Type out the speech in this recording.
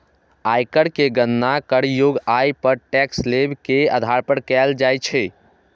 आयकर के गणना करयोग्य आय पर टैक्स स्लेब के आधार पर कैल जाइ छै